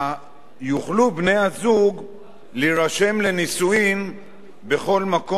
להירשם לנישואין בכל מקום בארץ שבו יחפצו,